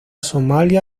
somalia